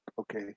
okay